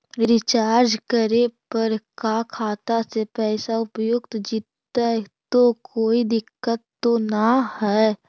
Recharge करे पर का खाता से पैसा उपयुक्त जितै तो कोई दिक्कत तो ना है?